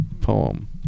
poem